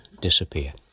disappear